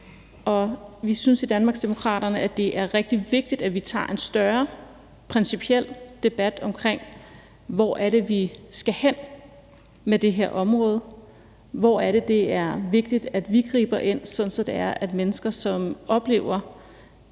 Vi synes i Danmarksdemokraterne, at det er rigtig vigtigt, at vi tager en større principiel debat omkring, hvor det er, vi skal hen med det her område, hvor det er, det er vigtigt, at vi griber ind, sådan at mennesker, som oplever,